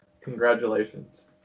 Congratulations